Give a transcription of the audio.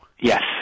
Yes